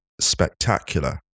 spectacular